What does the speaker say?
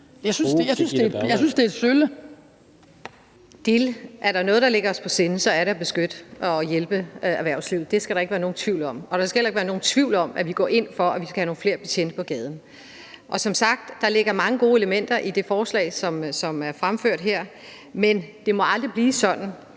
13:18 Birgitte Bergman (KF): Hvis der er noget, der ligger os på sinde, så er det at beskytte og hjælpe erhvervslivet – det skal der ikke være nogen tvivl om. Og der skal heller ikke være nogen tvivl om, at vi går ind for, at vi skal have nogle flere betjente på gaden. Som sagt er der mange gode elementer i det forslag, som er fremsat her, men det må aldrig blive sådan,